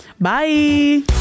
Bye